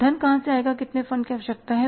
धन कहाँ से आएगा कितने फंड की आवश्यकता है